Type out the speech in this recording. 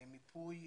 מיפוי,